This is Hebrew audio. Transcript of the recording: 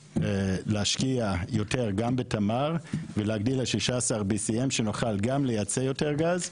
להשקיע יותר גם בתמר ולהגדיל ל-BCM16 שנוכל גם לייצא יותר גז,